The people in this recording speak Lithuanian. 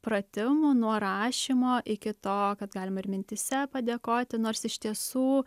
pratimų nuo rašymo iki to kad galima ir mintyse padėkoti nors iš tiesų